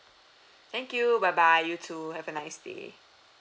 thank you bye bye you too have a nice day